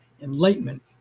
Enlightenment